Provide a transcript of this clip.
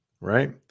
Right